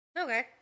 Okay